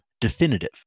definitive